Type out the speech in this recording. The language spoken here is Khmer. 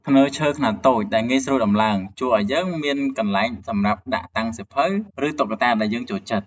ធ្នើឈើខ្នាតតូចដែលងាយស្រួលដំឡើង ជួយឱ្យយើងមានកន្លែងសម្រាប់ដាក់តាំងសៀវភៅ ឬតុក្កតាដែលយើងចូលចិត្ត។